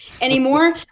anymore